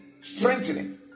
strengthening